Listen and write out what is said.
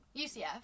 UCF